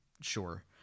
sure